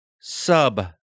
sub